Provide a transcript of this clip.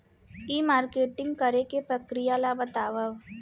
ई marketing करे के प्रक्रिया ला बतावव?